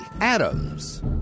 Adams